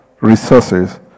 resources